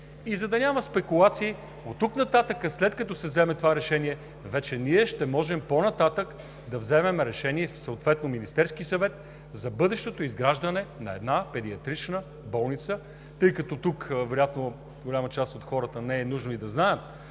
И за да няма спекулации, оттук нататък, след като се вземе това решение, вече ние ще можем по-нататък да вземем решение и съответно Министерският съвет за бъдещото изграждане на една педиатрична болница. Тъй като тук вероятно голяма част от хората не е нужно и да знаят,